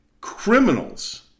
criminals